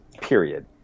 period